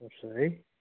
पर्छ है